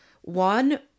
one